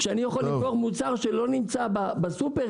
כשאני יכול לקנות מוצר שלא נמצא בסופרים